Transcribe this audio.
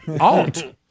Alt